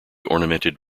ornamented